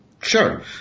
Sure